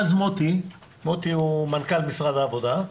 אז מוטי, מנכ"ל משרד העבודה,